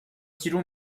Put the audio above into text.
集中